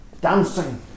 dancing